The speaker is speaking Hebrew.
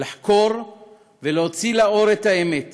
לחקור ולהוציא לאור את האמת